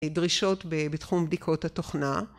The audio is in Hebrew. ‫דרישות בתחום בדיקות התוכנה.